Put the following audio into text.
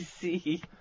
see